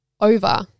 over